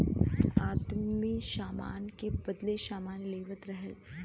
आदमी सामान के बदले सामान लेवत रहल